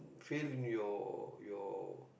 fail in your your